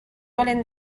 volem